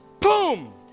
Boom